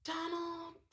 Donald